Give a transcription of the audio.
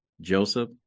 Joseph